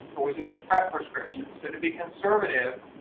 or was this a prep prescription, so to be conservative,